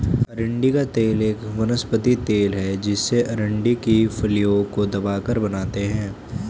अरंडी का तेल एक वनस्पति तेल है जिसे अरंडी की फलियों को दबाकर बनाते है